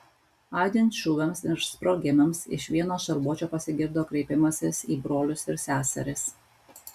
aidint šūviams ir sprogimams iš vieno šarvuočio pasigirdo kreipimasis į brolius ir seseris